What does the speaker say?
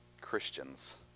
Christians